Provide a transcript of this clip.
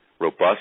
robust